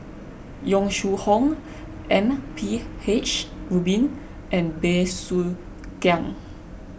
Yong Shu Hoong M P H Rubin and Bey Soo Khiang